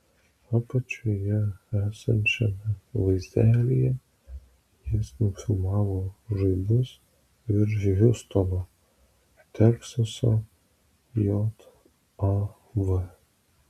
apačioje esančiame vaizdelyje jis nufilmavo žaibus virš hjustono teksaso jav